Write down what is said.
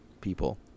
people